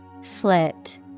Slit